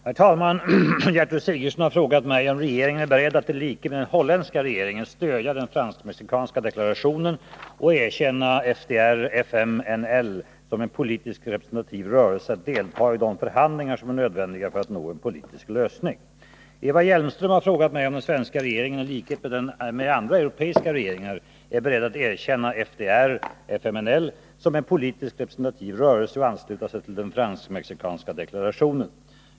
Herr talman! Gertrud Sigurdsen har frågat mig om regeringen är beredd att i likhet med den holländska regeringen stödja den fransk-mexikanska deklarationen och erkänna FDR FMNL som en politiskt representativ rörelse och ansluta sig till den fransk-mexikanska deklarationen.